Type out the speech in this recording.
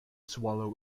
swallow